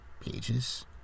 pages